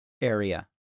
Area